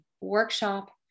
workshop